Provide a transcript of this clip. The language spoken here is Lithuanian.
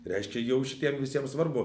reiškia jau šitiem visiem svarbu